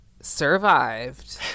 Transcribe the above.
survived